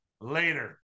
Later